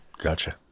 Gotcha